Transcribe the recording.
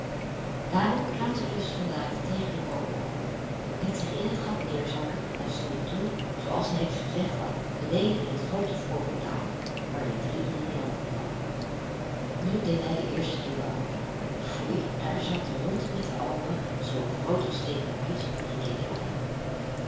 daarop klauterde de soldaat tegen den boom op liet zich in het gat neerzakken en stond toen zooals de heks gezegd had beneden in het groote voorportaal waarin de driehonderd lampen brandden nu deed hij de eerste deur open foei daar zat de hond met de oogen zoo groot als theekopjes en keek hem aan